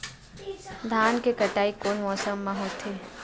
धान के कटाई कोन मौसम मा होथे?